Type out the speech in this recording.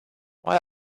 why